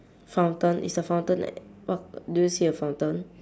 fountain it's a fountain eh wha~ do you see a fountain